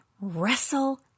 wrestle